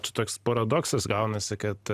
čia toks paradoksas gaunasi kad